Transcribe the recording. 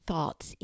Thoughts